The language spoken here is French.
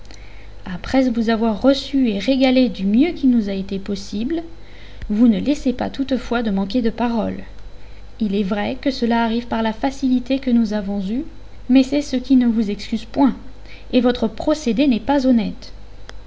après vous avoir reçus et régalés du mieux qu'il nous a été possible vous ne laissez pas toutefois de manquer de parole il est vrai que cela arrive par la facilité que nous avons eue mais c'est ce qui ne vous excuse point et votre procédé n'est pas honnête